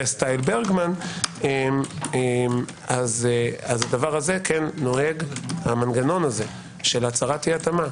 סטייל ברגמן אז זה כן נוהג המנגנון הזה של הצהרת אי התאמה